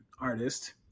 artist